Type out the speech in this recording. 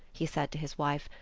he said to his wife,